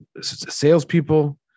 Salespeople